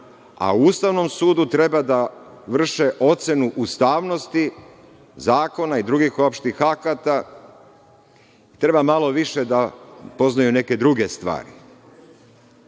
u Ustavnom sudu treba da vrše ocenu ustavnosti zakona i drugih opštih akata, treba malo više da poznaju neke druge stvari. Ovaj